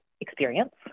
experience